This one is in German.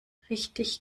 richtig